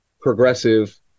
progressive